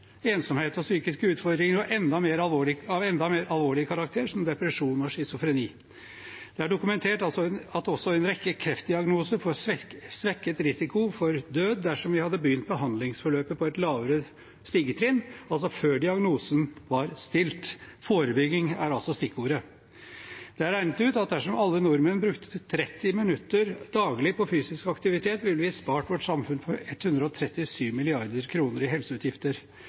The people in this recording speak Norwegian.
ensomhet og psykiske utfordringer av enda mer alvorlig karakter, som depresjon og schizofreni. Det er dokumentert at også en rekke kreftdiagnoser får svekket risiko for død dersom man hadde begynt behandlingsforløpet på et lavere stigetrinn, altså før diagnosen var stilt. Forebygging er altså stikkordet. Det er regnet ut at dersom alle nordmenn brukte 30 minutter daglig på fysisk aktivitet, ville vi spart vårt samfunn for 137 mrd. kr i helseutgifter.